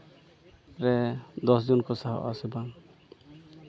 ᱨᱮ ᱫᱚᱥ ᱡᱚᱱ ᱠᱚ ᱥᱟᱦᱚᱵ ᱟᱥᱮ ᱵᱟᱝ